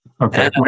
okay